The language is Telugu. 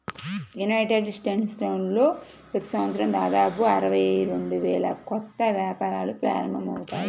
యునైటెడ్ స్టేట్స్లో ప్రతి సంవత్సరం దాదాపు అరవై రెండు వేల కొత్త వ్యాపారాలు ప్రారంభమవుతాయి